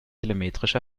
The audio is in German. telemetrisch